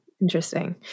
interesting